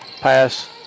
pass